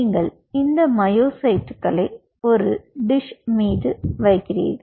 நீங்கள் இந்த மயோசைட்டுகளை ஒரு டிஷ் மீது வைக்கின்றோம்